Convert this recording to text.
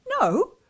No